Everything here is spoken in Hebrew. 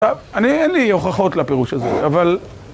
א... אני, אין לי הוכחות לפירוש הזה, אבל...